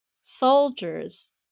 soldiers